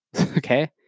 okay